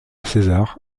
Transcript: césar